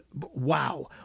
wow